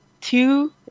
two